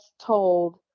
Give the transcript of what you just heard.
told